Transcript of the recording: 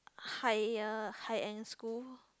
higher high end school